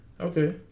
Okay